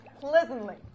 pleasantly